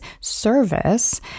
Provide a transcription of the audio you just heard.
service